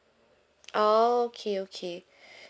orh okay okay